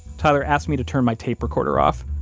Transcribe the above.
tyler asked me to turn my tape recorder off,